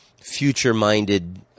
future-minded